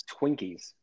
Twinkies